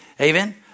Amen